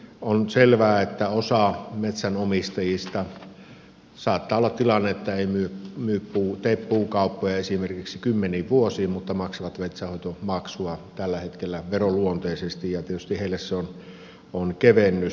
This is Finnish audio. on selvää että osalla metsänomistajista saattaa olla tilanne että eivät tee puukauppoja esimerkiksi kymmeniin vuosiin mutta maksavat metsänhoitomaksua tällä hetkellä veronluonteisesti ja tietysti heille se on kevennys